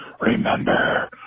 Remember